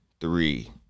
three